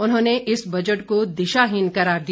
उन्होंने इस बजट को दिशाहीन करार दिया